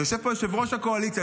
ויושב פה יושב-ראש הקואליציה,